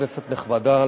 כנסת נכבדה,